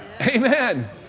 amen